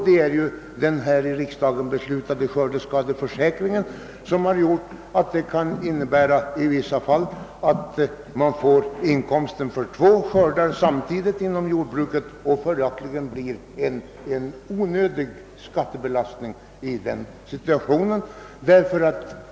Den av riksdagen beslutade skördeskadeförsäkringen medför nämligen i vissa fall att jordbrukare ett och samma år får inkomst av två skördar, varigenom en onödig skattebelastning uppstår.